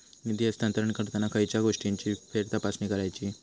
निधी हस्तांतरण करताना खयच्या गोष्टींची फेरतपासणी करायची?